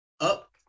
up